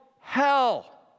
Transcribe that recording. hell